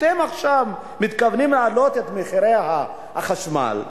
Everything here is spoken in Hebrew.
אתם עכשיו מתכוונים להעלות את מחירי החשמל ב-20%.